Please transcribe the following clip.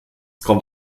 kommt